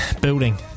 building